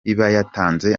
yatanze